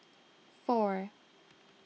four